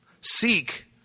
Seek